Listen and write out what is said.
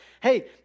Hey